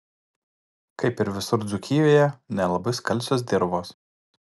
kaip ir visur dzūkijoje nelabai skalsios dirvos